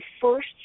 first